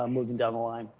um moving down the line,